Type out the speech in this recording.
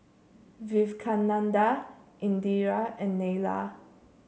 Vivekananda Indira and Neila